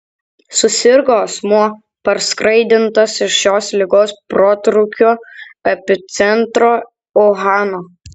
susirgo asmuo parskraidintas iš šios ligos protrūkio epicentro uhano